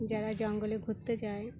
যারা জঙ্গলে ঘুরতে যায়